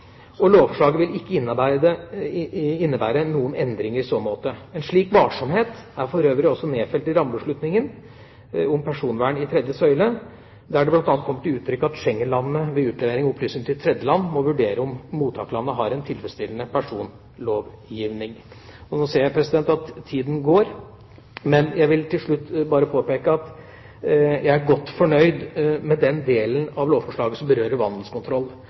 og lovforslaget vil ikke innebære noen endring i så måte. En slik varsomhet er for øvrig også nedfelt i rammebeslutningen om personvern i tredje søyle, der det bl.a. kommer til uttrykk at Schengen-landene ved utlevering av opplysninger til tredje land må vurdere om mottakerlandet har en tilfredsstillende personvernlovgivning. Nå ser jeg at tida går. Men jeg vil til slutt bare påpeke at jeg er godt fornøyd med den delen av lovforslaget som berører vandelskontroll.